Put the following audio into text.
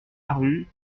rue